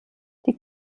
die